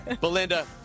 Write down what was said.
Belinda